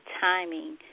timing